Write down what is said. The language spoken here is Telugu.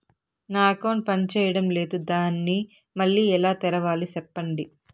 నా అకౌంట్ పనిచేయడం లేదు, దాన్ని మళ్ళీ ఎలా తెరవాలి? సెప్పండి